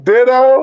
Ditto